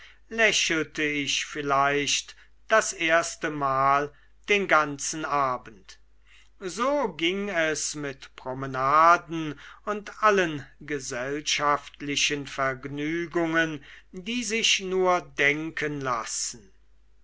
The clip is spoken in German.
lächelte ich vielleicht das erstemal den ganzen abend so ging es mit promenaden und allen gesellschaftlichen vergnügungen die sich nur denken lassen